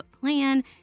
plan